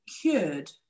cured